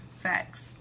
Facts